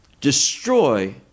destroy